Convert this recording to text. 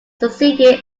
succeeded